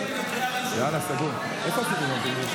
המקומיות (בחירות) (תיקון